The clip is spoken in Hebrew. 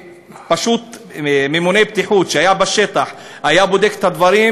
אם ממונה בטיחות שהיה בשטח היה בודק את הדברים,